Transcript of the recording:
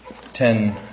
ten